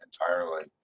entirely